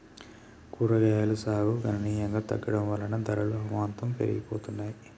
కూరగాయలు సాగు గణనీయంగా తగ్గడం వలన ధరలు అమాంతం పెరిగిపోతున్నాయి